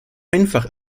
einfach